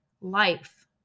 life